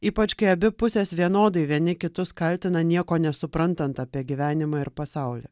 ypač kai abi pusės vienodai vieni kitus kaltina nieko nesuprantant apie gyvenimą ir pasaulį